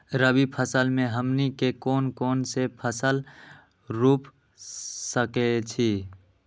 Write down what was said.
रबी फसल में हमनी के कौन कौन से फसल रूप सकैछि?